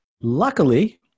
Luckily